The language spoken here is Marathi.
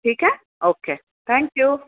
ठीक आहे ओके थँक्यू